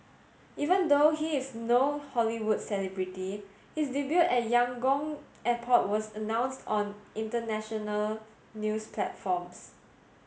even though he is no Hollywood celebrity his debut at Yangon airport was announced on international news platforms